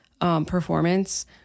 performance